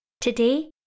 Today